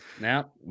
Now